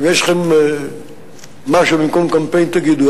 אם יש לכם משהו במקום קמפיין, תגידו.